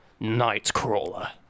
Nightcrawler